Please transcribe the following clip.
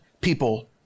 people